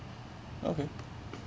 okay